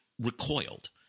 recoiled